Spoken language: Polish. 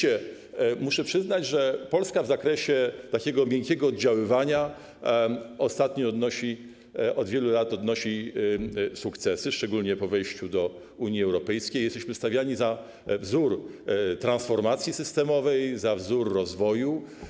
I muszę przyznać, że Polska w zakresie takiego miękkiego oddziaływania ostatnio odnosi, od wielu lat odnosi sukcesy, szczególnie po wejściu do Unii Europejskiej, jesteśmy stawiani za wzór transformacji systemowej, za wzór rozwoju.